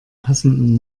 passenden